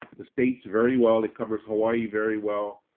the state's very well, it covers hawaii very well.